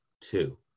two